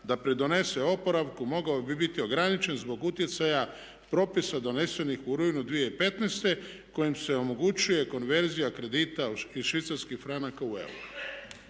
da pridonese oporavku mogao bi biti ograničen zbog utjecaja propisa donesenih u rujnu 2015. kojim se omogućuje konverzija kredita iz švicarskih franaka u euro."